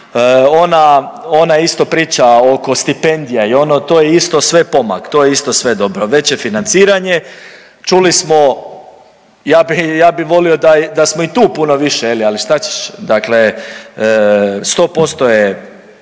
ona isto priča oko stipendija i ono to je isto sve pomak, to je isto sve dobro. Veće financiranje, čuli smo ja bi, ja bi volio da smo i tu puno više je li, ali šta češ. Dakle, 100% je